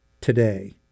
today